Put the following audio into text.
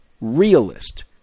realist